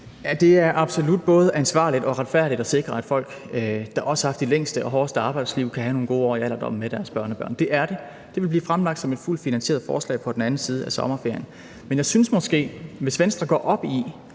Det er absolut både ansvarligt og retfærdigt at sikre, at folk, der har haft de længste og hårdeste arbejdsliv, kan have nogle gode år i alderdommen med deres børnebørn. Det er det. Det vil blive fremlagt som et fuldt finansieret forslag på den anden side af sommerferien. Men jeg synes måske – hvis Venstre går op i